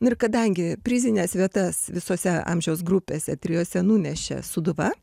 nu ir kadangi prizines vietas visose amžiaus grupėse trijose nunešė sūduva